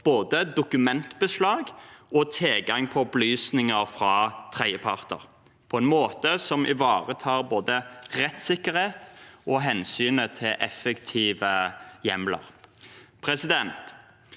både dokumentbeslag og tilgang på opplysninger fra tredjeparter på en måte som ivaretar både rettssikkerheten og hensynet til effektive hjemler. Høyre